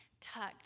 tucked